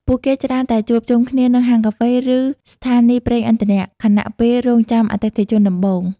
ពួកគេច្រើនតែជួបជុំគ្នានៅហាងកាហ្វេ ឬស្ថានីយ៍ប្រេងឥន្ធនៈ ខណៈពេលរង់ចាំអតិថិជនដំបូង។